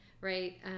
Right